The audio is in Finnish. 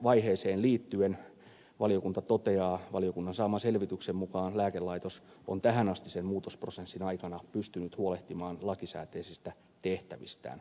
siirtymävaiheeseen liittyen valiokunta toteaa että valiokunnan saaman selvityksen mukaan lääkelaitos on tähänastisen muutosprosessin aikana pystynyt huolehtimaan lakisääteisistä tehtävistään